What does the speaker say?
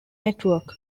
network